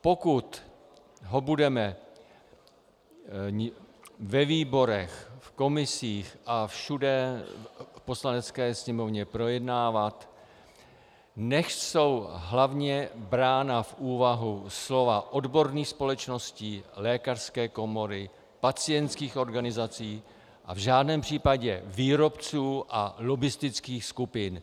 Pokud ho budeme ve výborech, komisích a všude v Poslanecké sněmovně projednávat, nechť jsou hlavně brána v úvahu slova odborných společností, lékařské komory, pacientských organizací a v žádném případě výrobců a lobbistických skupin.